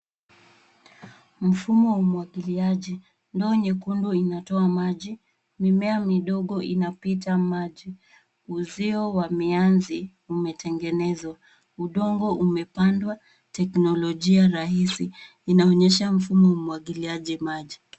Mfumo wa umuagiliaji. Ndoo nyekundu inatoa maji. Mimea midogo inapita maji. Uzio wa mianzi umetengenezwa. Udongo umepandwa teknolojia rahisi . Inaonyesha mfumo wa umuagiliaji maji.